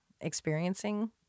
experiencing